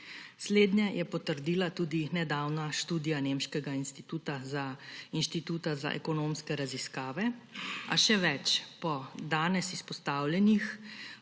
Slednje je potrdila tudi nedavna študija nemškega inštituta za ekonomske raziskave. A še več, po danes izpostavljenih